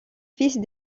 fils